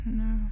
no